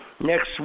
next